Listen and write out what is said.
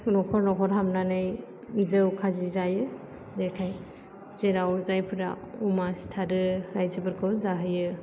नखर नखर हाबनानै जौ खाजि जायो जेरै जेराव जायफ्रा अमा सिथारो रायजोफोरखौ जाहोयो